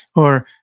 or,